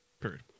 Period